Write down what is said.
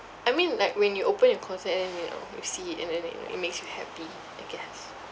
I mean like when you open your closet and then you know you see it and then it it makes you happy I guess